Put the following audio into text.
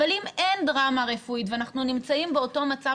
אבל אם אין דרמה רפואית ואנחנו נמצאים באותו מצב